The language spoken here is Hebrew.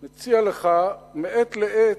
אני מציע לך מעת לעת,